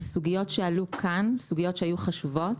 אלה סוגיות שעלו כאן, סוגיות שהיו חשובות.